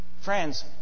Friends